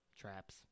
Traps